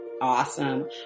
Awesome